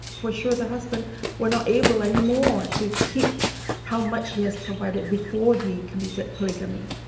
for sure, the husband were not able anymore to keep how much he has provided before he committed polygamy.